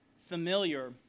familiar